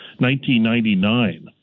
1999